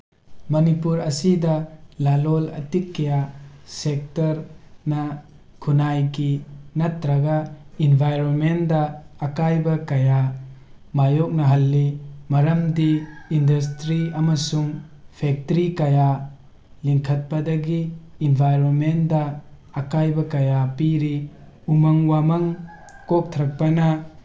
ꯃꯅꯤꯄꯨꯔ ꯑꯁꯤꯗ ꯂꯂꯣꯜ ꯏꯇꯤꯛ ꯀꯌꯥ ꯁꯦꯛꯇꯔꯅ ꯈꯨꯟꯅꯥꯏꯒꯤ ꯅꯠꯇ꯭ꯔꯒ ꯏꯟꯚꯥꯏꯔꯣꯟꯃꯦꯟꯗ ꯑꯀꯥꯏꯕ ꯀꯌꯥ ꯃꯥꯌꯣꯛꯅꯍꯜꯂꯤ ꯃꯔꯝꯗꯤ ꯏꯟꯗꯁꯇ꯭ꯔꯤ ꯑꯃꯁꯨꯡ ꯐꯦꯛꯇ꯭ꯔꯤ ꯀꯌꯥ ꯂꯤꯡꯈꯠꯄꯗꯒꯤ ꯏꯟꯚꯥꯏꯔꯣꯟꯃꯦꯟꯗ ꯑꯀꯥꯏꯕ ꯀꯌꯥ ꯄꯤꯔꯤ ꯎꯃꯪ ꯋꯥꯃꯪ ꯀꯣꯛꯊꯔꯛꯄꯅ